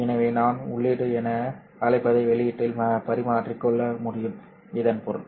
எனவே நான் உள்ளீடு என அழைப்பதை வெளியீட்டில் பரிமாறிக்கொள்ள முடியும் இதன் பொருள்